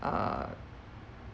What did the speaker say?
err